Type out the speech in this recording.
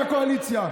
ומהקואליציה,